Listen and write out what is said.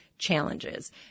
challenges